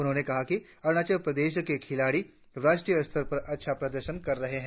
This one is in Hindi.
उन्होंने कहा कि अरुणाचल प्रदेश के खिलाड़ी राष्ट्रीय स्तर पर अच्छा प्रदर्शन कर रहे हैं